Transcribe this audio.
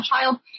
child